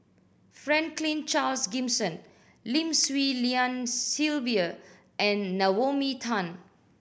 Franklin Charles Gimson Lim Swee Lian Sylvia and Naomi Tan